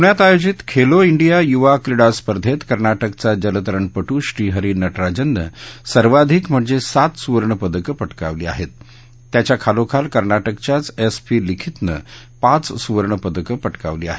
पुण्यात आयोजित खेलो ांडिया युवा क्रीडा स्पर्धेत कर्नाटकचा जलतरणपटू श्रीहरी नटराजनं सर्वाधिक म्हणजे सात सुवर्णपदक पटकावली आहेत त्याच्याखालोखाल कर्नाटकाच्याचं एस पी लिखीतनं पाच सुवर्णपदक पटकावली आहेत